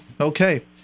Okay